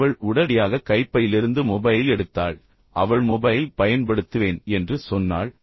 எனவே அவள் உடனடியாக கைப்பையிலிருந்து மொபைல் எடுத்தாள் பின்னர் அவள் மொபைல் பயன்படுத்துவேன் என்று சொன்னாள்